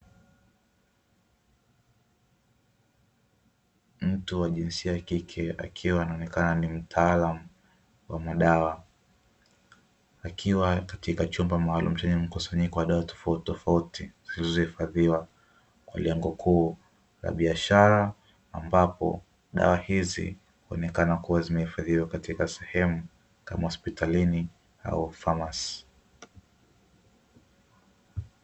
Mtu wa jinsia ya kike akiwa anaonekana ni mtaalamu wa madawa, akiwa katika chumba maalumu chenye mkusanyiko wa dawa tofauti tofauti zilizohifadhiwa kwa lengo kuu la biashara, ambapo dawa hizi huonekana kuwa zimehifadhiwa katika sehemu kama hospitalini au famasi.